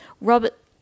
Robert